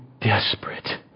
desperate